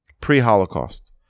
pre-Holocaust